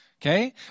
Okay